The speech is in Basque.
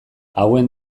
hauen